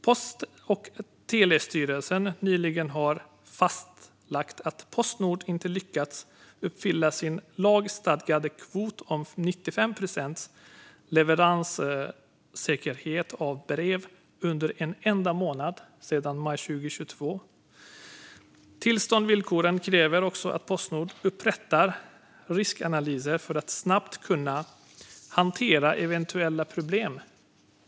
Post och telestyrelsen har nyligen fastlagt att Postnord inte har lyckats uppfylla sin lagstadgade kvot om 95 procents leveranssäkerhet för brev under en enda månad sedan maj 2022. Tillståndsvillkoren kräver också att Postnord upprättar riskanalyser för att snabbt kunna hantera eventuella problem.